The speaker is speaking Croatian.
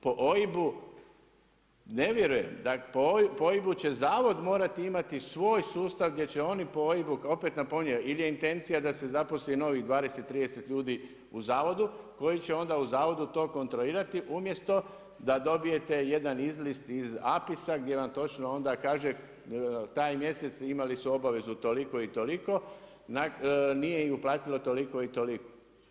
Po OIB-u ne vjerujem, dakle po OIB-u će zavod morati imati svoj sustav gdje će oni po OIB-u, opet napominjem ili je intencija da se zaposli novih 20, 30 ljudi u zavodu koji će onda u zavodu to kontrolirati umjesto da dobijete jedan izlist iz APIS-a gdje vam točno onda kaže taj mjesec imali su obavezu toliko i toliko, nije ju platilo toliko i toliko.